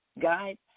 guide